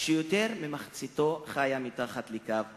מכך שיותר ממחציתו חיה מתחת לקו העוני.